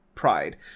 Pride